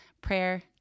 prayer